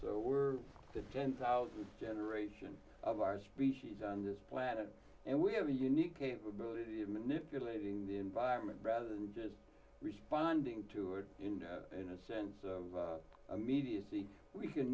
s the ten thousand generation of our species on this planet and we have a unique capability of manipulating the environment rather than just responding to in a sense of immediacy we can